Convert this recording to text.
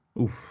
Oof